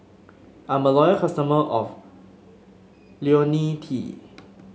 I'm a loyal customer of IoniL T